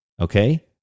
Okay